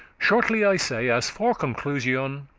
shortly i say, as for conclusion,